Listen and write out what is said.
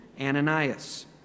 Ananias